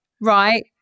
right